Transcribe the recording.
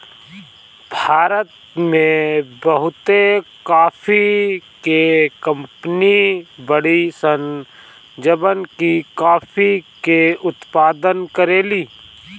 भारत में बहुते काफी के कंपनी बाड़ी सन जवन की काफी के उत्पादन करेली